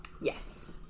yes